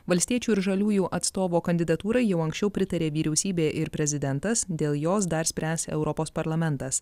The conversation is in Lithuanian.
valstiečių ir žaliųjų atstovo kandidatūrai jau anksčiau pritarė vyriausybė ir prezidentas dėl jos dar spręs europos parlamentas